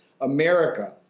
America